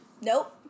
Nope